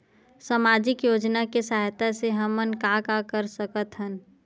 सामजिक योजना के सहायता से हमन का का कर सकत हन?